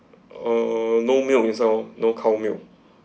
uh no milk it's all no cow milk